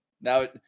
now